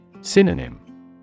Synonym